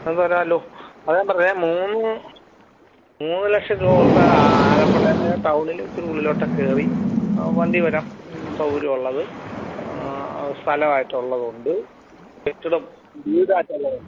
അത് വരാലോ അതാ ഞാൻ പറഞ്ഞേ മൂന്ന് മൂന്ന് ലക്ഷം രൂപ കൊടുത്താൽ ആലപ്പുഴയിലെ ടൌണിൽ ഇച്ചിരി ഉളളിലോട്ട് ഒക്കെ കയറി വണ്ടി വരാൻ സൗകര്യം ഉള്ളത് സ്ഥലവായിട്ടുള്ളതുണ്ട് കെട്ടിടം വീടായിട്ട് ഉള്ളത്